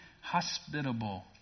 hospitable